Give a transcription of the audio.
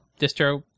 distro